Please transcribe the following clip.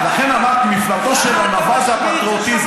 לכן אמרתי: מפלטו של הנבל זה הפטריוטיזם.